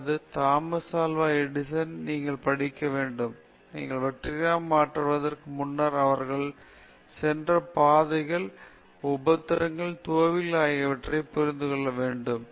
அல்லது Thomas Alva Edison நீங்கள் படிக்க வேண்டும் நீங்கள் வெற்றிகரமாக மாற்றுவதற்கு முன்னர் அவர்கள் சென்ற பாதைகள் உபத்திரவம் தோல்விகள் ஆகியவற்றைப் புரிந்துகொள்வீர்கள்